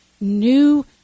new